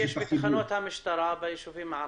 כמה עובדים סוציאליים יש בתחנות המשטרה בישובים הערבים?